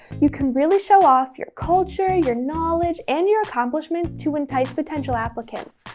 you can really show off your culture, your knowledge, and your accomplishments to entice potential applicants,